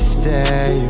stay